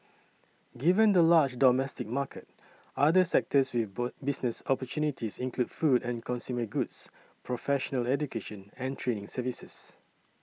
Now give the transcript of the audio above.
given the large domestic market other sectors with business opportunities include food and consumer goods professional education and training services